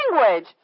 language